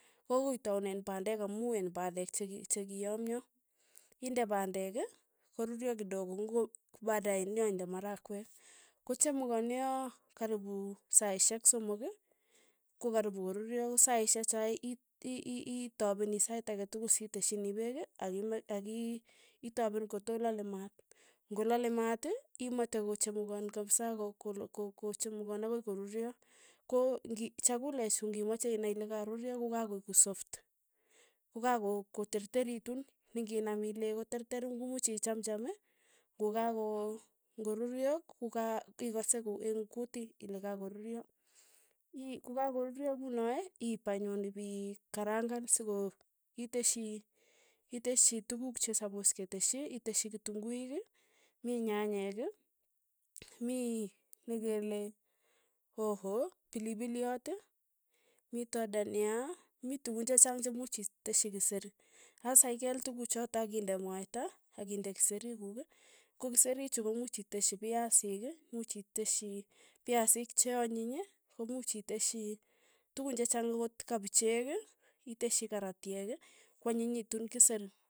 Ko akoi itaunen pandek amu iin pandek cheki chekiyamyo, inde pandek ii, koruryo kidogo, ng'o ko paadae nyo inde marakwek, kochamukonio karipu saishek somok, ko karipu koruryo ko saishek choe i- ii- iitapeni sait ake tukul siteshini peek, akime akiii itapen kotolale maat, ng'olale maat imete kochamukoon kapsa ko- ko- ko- ko- kochemukoon akoi koruryo, ko ng'i chakulechu ng'imache inai ile karuryo, kokakoek soft, koka ko- ko terteritu, ning'inam ileii koterter imuch ichamcham, ng'oka ng'oruryo, ko ka ikase ko eng' kutii ile kakoruryo, ii kokakoruryo kunoe, iip anyun ipi karang'an soko iteshi iteshi tukuk che sapos keteshi, iteshi kitunguik, mi nyanyeek, mii nekele hoho, pilipiliot, mito dania, mi tukun chechang chemuch iiteshi kiseri sasa ikeel tukuchotok akinde mwaita, akinde kiserik kuk, ko kiserichu ko muuch iteschi piasiik, much iteshi piasik che anyiny, ko much iteshi tukun chechang akot kapichek, iteshi karatyek, kwanyinyitu kiseri.